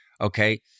Okay